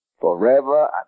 forever